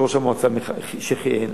של ראש המועצה המודח שכיהן,